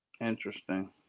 Interesting